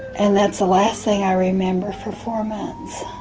and that's the last thing i remember for four months.